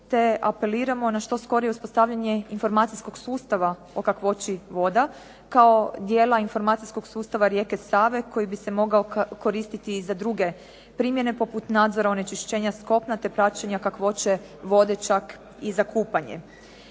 te apeliramo na što skorije uspostavljanje informacijskog sustava o kakvoći voda kao dijela informacijskog sustava rijeke Save koji bi se mogao koristiti i za druge primjene, poput nadzora onečišćenja s kopna te praćenje kakvoće vode čak i za kupanje.